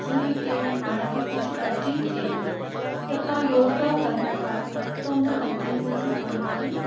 जीअं की पाण खे कुझु तकलीफ़ थिए थी त पाण योगा कयूं था त उन तकलीफ़ जी पाण खे